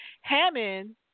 Hammond